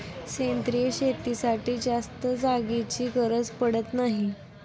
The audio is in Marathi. सेंद्रिय शेतीसाठी जास्त जागेची गरज पडत नाही